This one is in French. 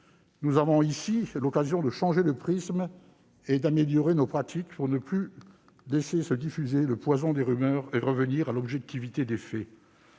Nous avons ici l'occasion de changer de prisme et d'améliorer nos pratiques pour ne pas laisser le poison des rumeurs se propager et en revenir à l'objectivité des faits.